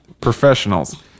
Professionals